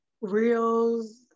reels